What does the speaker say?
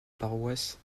paroisse